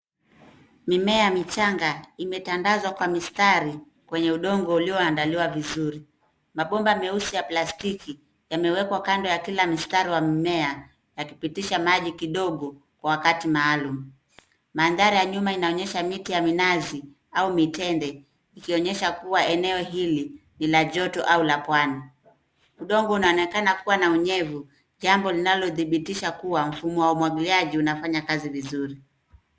Mimea michanga imetandazwa kwa mistari kwenye udongo ulioandaliwa vizuri. Mabomba meusi ya plastiki yamewekwa kando ya kila mstari wa mimea, yakipitisha maji kidogo wakati maalum. Mandhari ya nyuma inaonyesha miti ya minazi au mitende ikionyesha kuwa eneo hili ni la joto au la Pwani. Udongo unaonekana kuwa na unyevu, jambo linalodhibitisha kuwa mfumo wa umwagiliaji unafanya kazi vizuri.